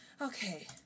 Okay